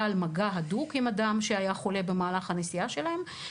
על מגע הדוק עם אדם שהיה חולה במהלך הנסיעה שלהם,